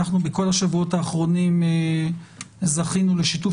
אנחנו בכל השבועות האחרונים זכינו לשיתוף